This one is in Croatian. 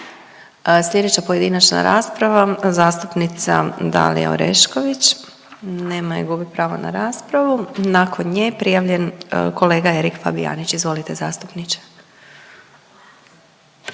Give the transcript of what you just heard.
Slijedeća pojedinačna rasprava, zastupnica Dalija Orešković. Nema je, gubi pravo na raspravu. Nakon nje prijavljen je kolega Erik Fabijanić, izvolite zastupniče.